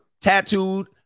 tattooed